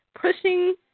pushing